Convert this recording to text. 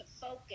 focus